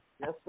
Yes